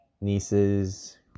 nieces